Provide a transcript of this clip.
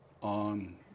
on